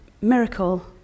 miracle